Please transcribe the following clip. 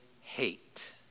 hate